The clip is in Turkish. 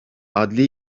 adli